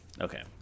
Okay